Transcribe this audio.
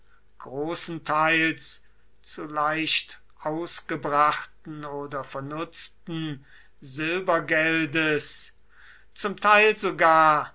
großenteils zu leicht ausgebrachten oder vernutzten silbergeldes zum teil sogar